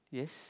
yes